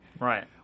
Right